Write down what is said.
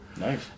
Nice